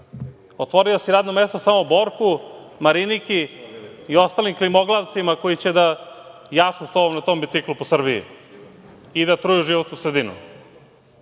Otvorio si radno mesto samo Borku, Mariniki i ostalim klimoglavcima koji će da jašu sa tobom na tom biciklu po Srbiji i da truju životnu sredinu.